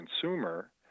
consumer